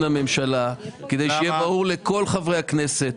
הממשלה כדי שיהיה ברור לכל חברי הכנסת.